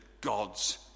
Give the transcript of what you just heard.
God's